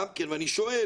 ואני שואל